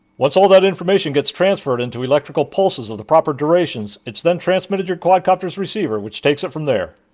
once all that information gets transferred into electrical pulses of the proper durations, its then transmitted to your quadcopter's receiver which takes it from there.